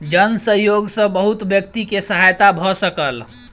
जन सहयोग सॅ बहुत व्यक्ति के सहायता भ सकल